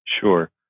Sure